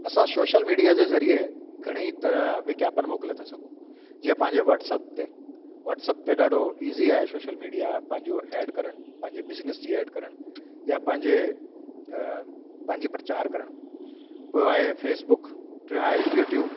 असां social media जे ज़रिए घणेई तरह विज्ञापन मोकिले था सघूं जीअं पंहिंजे वाट्सअप ते वाट्सअप ते ॾाढो ईज़ी आहे सोशल मीडिया पंहिंजो एड करण पंहिंजी बिजनिस जी एड करणु या पंहिंजे पंहिंजी प्रचार करण पोइ आहे फेसबुक टियो आहे यूट्यूब